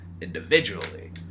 individually